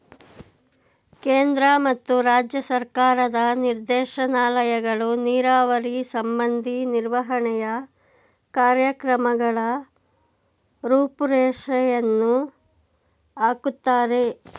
ಕೇಂದ್ರ ಮತ್ತು ರಾಜ್ಯ ಸರ್ಕಾರದ ನಿರ್ದೇಶನಾಲಯಗಳು ನೀರಾವರಿ ಸಂಬಂಧಿ ನಿರ್ವಹಣೆಯ ಕಾರ್ಯಕ್ರಮಗಳ ರೂಪುರೇಷೆಯನ್ನು ಹಾಕುತ್ತಾರೆ